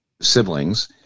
siblings